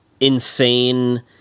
insane